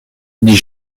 dit